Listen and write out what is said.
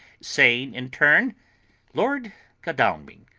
saying in turn lord godalming,